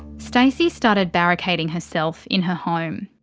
stacey started barricading herself in her home.